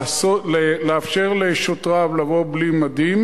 לאפשר לשוטריו לבוא בלי מדים,